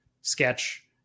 sketch